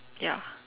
ya